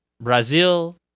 Brazil